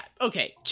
Okay